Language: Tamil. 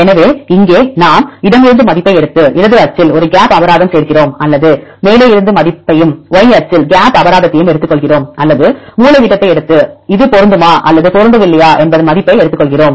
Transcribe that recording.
எனவே இங்கே நாம் இடமிருந்து மதிப்பை எடுத்து இடது அச்சில் ஒரு கேப் அபராதம் சேர்க்கிறோம் அல்லது மேலே இருந்து மதிப்பையும் y அச்சில் கேப் அபராதத்தையும் எடுத்துக்கொள்கிறோம் அல்லது மூலைவிட்டத்தை எடுத்து இது பொருந்துமா அல்லது பொருந்தவில்லையா என்பதின் மதிப்பை எடுத்துக் கொள்கிறோம்